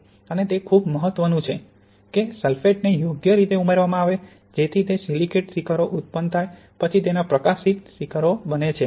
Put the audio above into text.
અને તે ખૂબ મહત્વનું છે કે સલ્ફેટને યોગ્ય રીતે ઉમેરવાના આવે જેથી તે સિલિકેટ શિખરો ઉત્પન્ન થાય પછી તેના પ્રકાશિત શિખરો બને છે